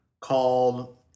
called